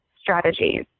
strategies